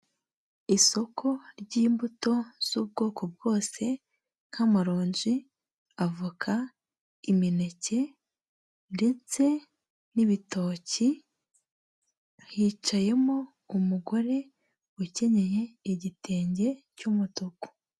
Isoko ry'imbuto z'ubwoko bwose nk'amaronji, avoka, imineke ndetse n'ibitoki, hicayemo umugore ukenyenye igitenge cy'umutuku.